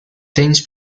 tennis